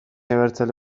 abertzale